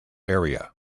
area